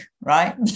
right